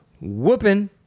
whooping